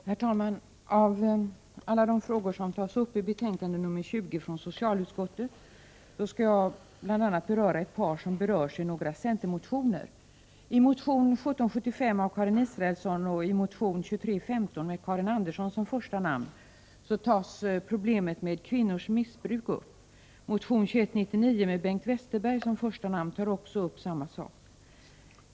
Herr talman! Av alla de frågor som tas upp i betänkande nr 14 från socialutskottet skall jag beröra några som behandlas i ett par centermotioner. I motion 1775 av Karin Israelsson och i motion 2315 med Karin Andersson som första namn tas problemet med kvinnors missbruk upp. Motion 2199 med Bengt Westerberg som första namn tar också upp samma sak.